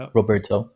Roberto